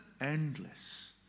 Endless